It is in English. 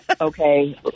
Okay